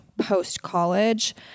post-college